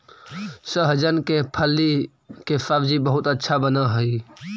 सहजन के फली के सब्जी बहुत अच्छा बनऽ हई